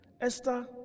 Esther